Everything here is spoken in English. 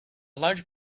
large